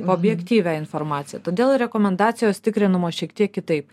objektyvią informaciją todėl rekomendacijos tikrinamos šiek tiek kitaip